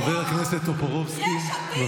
חבר הכנסת טופורובסקי, שוב.